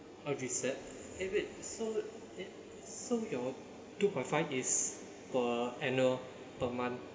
a reset eh wait so it so your two point five is per annual per month